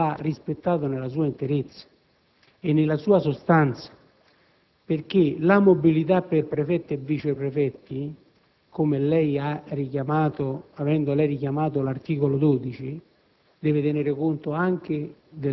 Ma il criterio legislativo va rispettato nella sua interezza e nella sua sostanza, perché la mobilità per prefetti e viceprefetti - avendo lei richiamato l'articolo 12